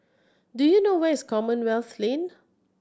do you know where is Commonwealth Lane